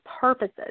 purposes